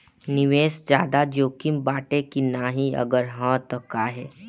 निवेस ज्यादा जोकिम बाटे कि नाहीं अगर हा तह काहे?